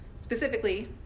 Specifically